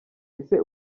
ese